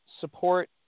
support